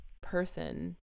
person